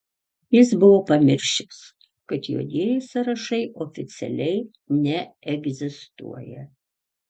jis buvo pamiršęs kad juodieji sąrašai oficialiai neegzistuoja